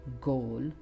goal